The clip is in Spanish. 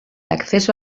acceso